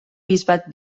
bisbat